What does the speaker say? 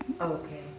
okay